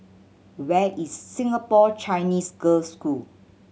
where is Singapore Chinese Girls' School